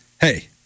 hey